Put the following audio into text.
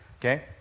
Okay